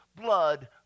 blood